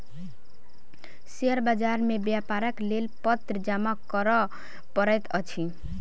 share बाजार मे व्यापारक लेल पत्र जमा करअ पड़ैत अछि